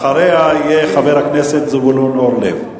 אחריה יהיה חבר הכנסת זבולון אורלב.